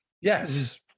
yes